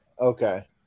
Okay